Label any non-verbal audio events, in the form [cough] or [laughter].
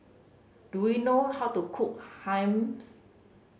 do you know how to cook [unintelligible]